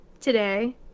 today